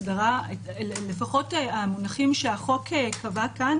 לפחות המונחים שהחוק קבע כאן